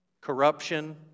corruption